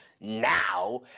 now